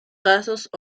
casos